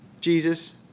Jesus